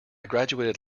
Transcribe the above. graduated